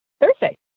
Thursday